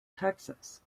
texas